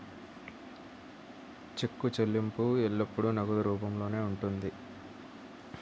చెక్కు చెల్లింపు ఎల్లప్పుడూ నగదు రూపంలోనే ఉంటుంది